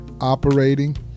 operating